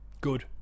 good